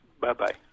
Bye-bye